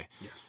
Yes